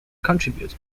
contribute